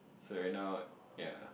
so right now ya